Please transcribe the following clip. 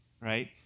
right